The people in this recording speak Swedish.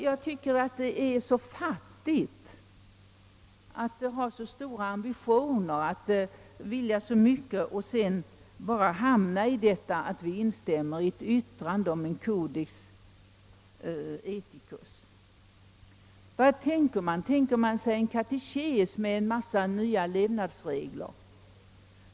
Jag tycker att det är så fattigt att ha så stora ambitioner, att vilja så mycket och sedan bara kunna instämma i ett yttrande om codex ethicus. Vad tänker man sig? Tänker man sig en katekes med en massa nya levnadsregler?